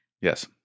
Yes